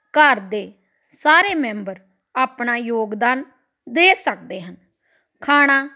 ਘਰ ਦੇ ਸਾਰੇ ਮੈਂਬਰ ਆਪਣਾ ਯੋਗਦਾਨ ਦੇ ਸਕਦੇ ਹਨ ਖਾਣਾ